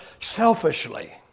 selfishly